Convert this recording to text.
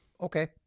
okay